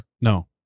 No